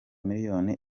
miliyoni